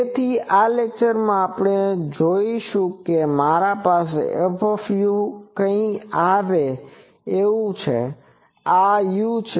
તેથી આ લેકચરમાં આપણે જોશું કે મારી પાસે f કંઈક આવું છે અને આ u છે